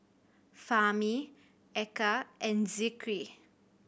Fahmi Eka and Zikri